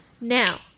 Now